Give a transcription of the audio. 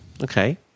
Okay